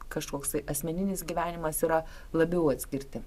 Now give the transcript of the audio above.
kažkoksai asmeninis gyvenimas yra labiau atskirti